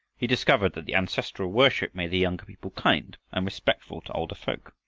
he discovered that the ancestral worship made the younger people kind and respectful to older folk,